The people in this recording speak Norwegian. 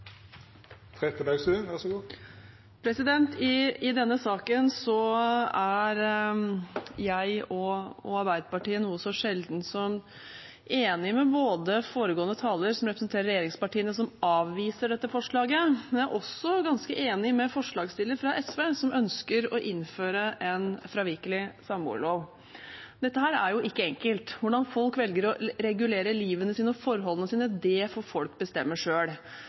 jeg og Arbeiderpartiet noe så sjeldent som enig både med foregående taler, som representerer regjeringspartiene, som avviser dette forslaget, og med forslagsstillerne fra SV, som ønsker å innføre en fravikelig samboerlov. Dette er ikke enkelt. Hvordan folk skal regulere livet sitt og forholdet sitt, får de bestemme